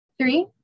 Three